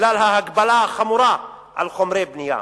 בגלל ההגבלה החמורה על חומרי בנייה.